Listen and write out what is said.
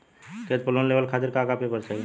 खेत पर लोन लेवल खातिर का का पेपर चाही?